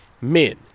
Men